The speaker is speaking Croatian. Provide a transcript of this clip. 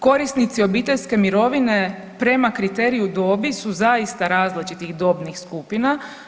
Korisnici obiteljske mirovine prema kriteriju dobi su zaista različitih dobnih skupina.